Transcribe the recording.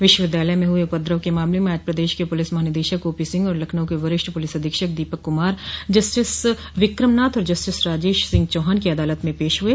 विश्वविद्यालय में हुए उपद्रव के मामले में आज प्रदेश के पुलिस महानिदेशक ओपी सिंह और लखनऊ के वरिष्ठ पुलिस अधीक्षक दीपक क्मार जस्टिस विक्रमनाथ और जस्टिस राजेश सिंह चौहान की अदालत में पेश हुए